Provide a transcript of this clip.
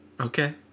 Okay